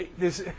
this